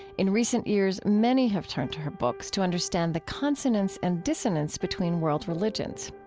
in recent years, many have turned to her books to understand the consonance and dissonance between world religions.